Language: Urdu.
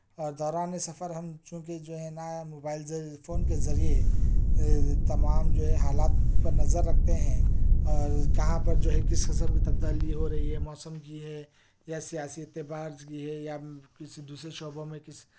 اور دوران سفر ہم چونکہ جو ہے نا موبائل فون کے ذریعہ تمام جو ہے حالات پر نظر رکھتے ہیں اور کہاں پر جو ہے کس قسم تبدیلی ہو رہی موسم کی ہے یا سیاسی اعتبار کی ہے یا کسی دوسرے شعبوں میں کس